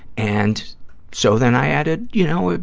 and so then i added, you know,